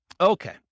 Okay